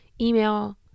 email